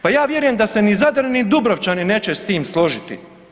Pa ja vjerujem da se ni Zadar ni Dubrovčani neće s tim složiti.